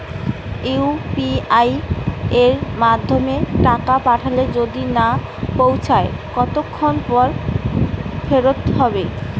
UPI য়ের মাধ্যমে টাকা পাঠালে যদি না পৌছায় কতক্ষন পর ফেরত হবে?